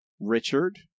richard